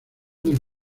del